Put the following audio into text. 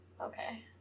Okay